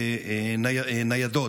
למיגוניות ניידות.